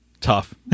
tough